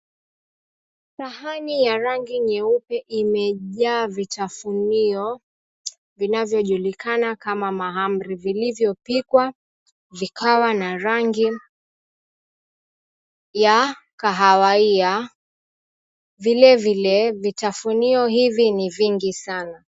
Sahani ya rangi nyeupe imejaa vitafunio vinavyojulikana kama mahamri vilivyopikwa vikawa na rangi ya kahawia. Vile vile vitafunio hivi ni vingi sana